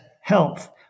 Health